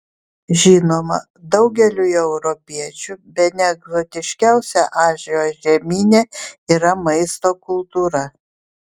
žinoma daugeliui europiečių bene egzotiškiausia azijos žemyne yra maisto kultūra